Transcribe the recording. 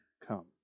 come